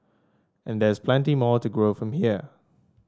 and there's plenty more to grow from here